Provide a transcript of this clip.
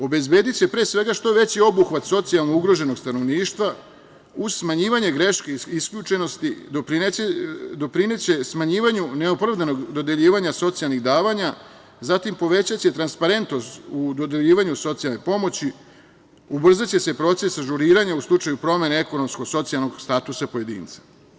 Obezbediće što veći obuhvat socijalno ugroženog stanovništva uz smanjivanje greški isključenosti doprineće smanjivanju neopravdanog dodeljivanja socijalnih davanja, zatim, povećaće transparentnost u dodeljivanju socijalne pomoći, ubrzaće se proces ažuriranja u slučaju promene ekonomsko-socijalnog statusa pojedinca.